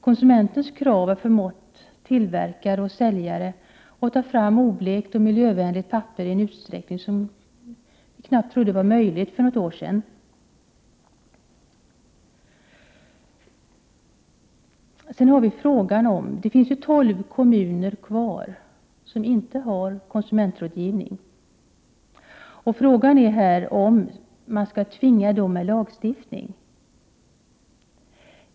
Konsumentens krav har förmått tillverkare och säljare att ta fram oblekt och miljövänligt papper i en utsträckning som vi knappt trodde vara möjlig för några år sedan. Det finns tolv kommuner kvar som inte har konsumentrådgivning. Frågan är om man skall tvinga dessa kommuner med hjälp av lagstiftning.